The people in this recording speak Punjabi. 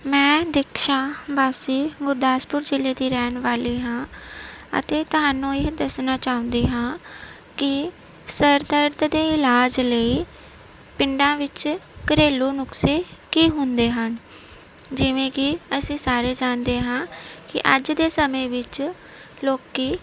ਮੈਂ ਦਿਕਸ਼ਾ ਵਾਸੀ ਗੁਰਦਾਸਪੁਰ ਜ਼ਿਲ੍ਹੇ ਦੀ ਰਹਿਣ ਵਾਲੀ ਹਾਂ ਅਤੇ ਤੁਹਾਨੂੰ ਇਹ ਦੱਸਣਾ ਚਾਹੁੰਦੀ ਹਾਂ ਕਿ ਕਿਰ ਦਰਦ ਦੇ ਇਲਾਜ ਲਈ ਪਿੰਡਾਂ ਵਿੱਚ ਘਰੇਲੂ ਨੁਸਖੇ ਕੀ ਹੁੰਦੇ ਹਨ ਜਿਵੇਂ ਕਿ ਅਸੀਂ ਸਾਰੇ ਜਾਣਦੇ ਹਾਂ ਕਿ ਅੱਜ ਦੇ ਸਮੇਂ ਵਿੱਚ ਲੋਕ